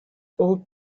old